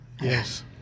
Yes